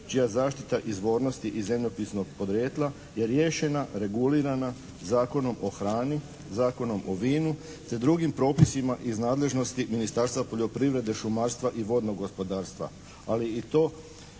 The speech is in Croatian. čija zaštita izvornosti i zemljopisnog podrijetla je riješena, regulirana Zakonom o hrani, Zakonom o vinu te drugim propisima iz nadležnosti Ministarstva poljoprivrede, šumarstva i vodnog gospodarstva. Ali i to